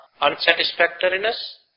unsatisfactoriness